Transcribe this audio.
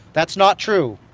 that's not true.